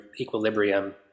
equilibrium